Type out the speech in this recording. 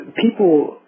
people